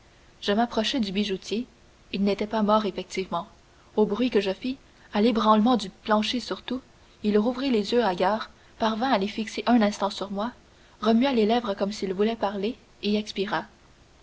je m'approchai du bijoutier il n'était pas mort effectivement au bruit que je fis à l'ébranlement du plancher surtout il rouvrit des yeux hagards parvint à les fixer un instant sur moi remua les lèvres comme s'il voulait parler et expira